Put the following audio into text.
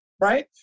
Right